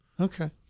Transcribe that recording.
Okay